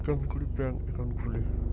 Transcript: কেমন করি bank account খুলে?